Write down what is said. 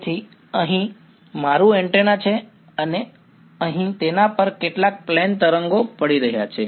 તેથી અહીં મારું એન્ટેના છે અને અહીં તેના પર કેટલાક પ્લેન તરંગો પડી રહ્યા છે